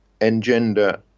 engender